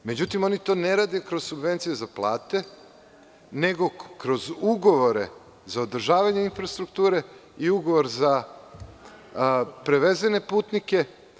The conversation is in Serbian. Međutim, oni to ne rade kroz subvencije za plate, nego kroz ugovore za održavanje infrastrukture i ugovore za prevezene putnike.